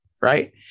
right